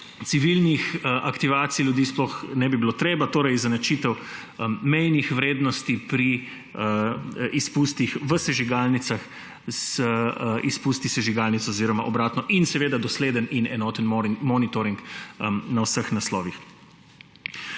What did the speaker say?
civilnih aktivacij ljudi sploh ne bi bilo treba, torej izenačitev mejnih vrednosti pri izpustih v sosežigalnicah z izpusti sežigalnic oziroma obratno in seveda dosleden in enoten monitoring na vseh naslovih.